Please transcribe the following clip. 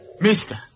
mister